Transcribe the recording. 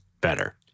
better